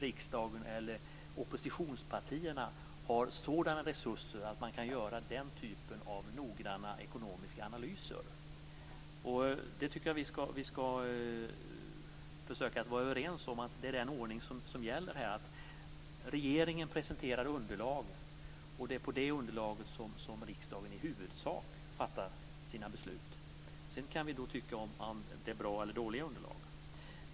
Riksdagen eller oppositionspartierna har ju inte sådana resurser att man kan göra den typen av noggranna ekonomiska analyser. Jag tycker att vi skall försöka vara överens om att det är den ordning som gäller. Regeringen presenterar underlag, och det är på det underlaget som riksdagen i huvudsak fattar sina beslut. Sedan kan vi tycka att det är bra eller dåliga underlag.